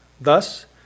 Thus